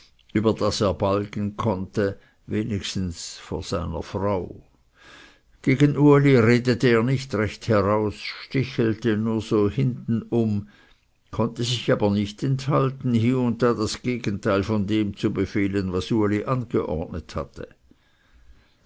über das er balgen konnte wenigstens vor seiner frau gegen uli redete er nicht recht heraus stichelte nur so hintenum konnte sich aber nicht enthalten hie und da das gegenteil von dem zu befehlen was uli angeordnet hatte